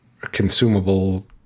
consumable